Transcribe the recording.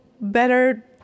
better